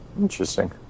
Interesting